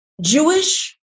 Jewish